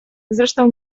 zresztą